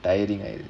tiring eh